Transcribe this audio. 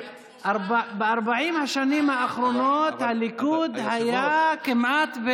ב-40 השנים האחרונות הליכוד היה כמעט,